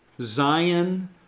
Zion